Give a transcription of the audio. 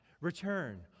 return